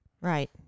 Right